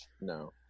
no